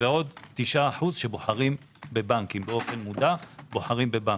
ועוד 9% שבוחרים באופן מודע בבנקים.